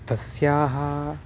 तस्याः